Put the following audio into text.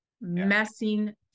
messing